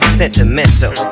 sentimental